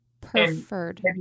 preferred